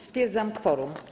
Stwierdzam kworum.